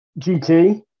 gt